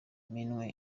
minwe